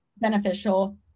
beneficial